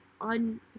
on